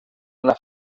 una